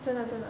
真的真的